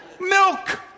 milk